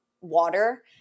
water